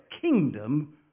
kingdom